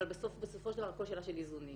אבל בסופו של דבר הכול שאלה של איזונים.